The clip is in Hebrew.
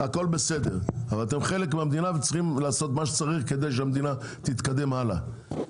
אבל אתן חלק מהמדינה וצריכות לעשות מה שצריך כדי שהמדינה תתקדם הלאה.